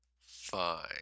fine